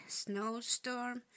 snowstorm